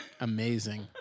Amazing